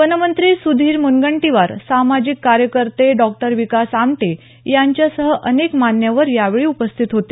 वनमंत्री सुधीर मुनगंटीवार सामाजिक कार्यकर्ते डॉ विकास आमटे यांच्यासह अनेक मान्यवर यावेळी उपस्थित होते